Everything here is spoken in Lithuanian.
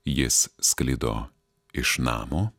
jis sklido iš namo